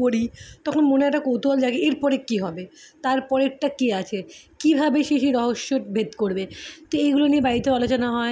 পড়ি তখন মনে একটা কৌতুহল জাগে এরপরে কী হবে তারপরেরটা কী আছে কীভাবে সে সেই রহস্য ভেদ করবে তো এগুলো নিয়ে বাড়িতেও আলোচনা হয়